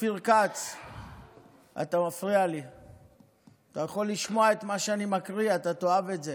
איש שידע למשות אותנו מהמקום המפוחד,